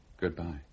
goodbye